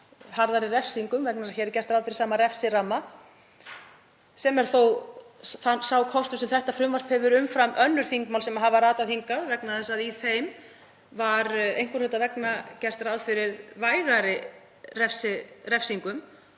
harðari refsingar vegna þess að hér er gert ráð fyrir sama refsiramma, sem er þó sá kostur sem þetta frumvarp hefur umfram önnur þingmál sem ratað hafa hingað vegna þess að í þeim var einhverra hluta vegna gert ráð fyrir vægari refsingum,